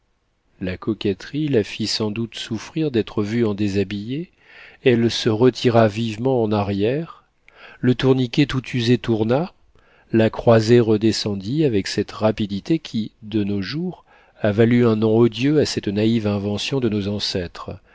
la coquetterie la fit sans doute souffrir d'être vue en déshabillé elle se retira vivement en arrière le tourniquet tout usé tourna la croisée redescendit avec cette rapidité qui de nos jours a valu un nom odieux à cette naïve invention de nos ancêtres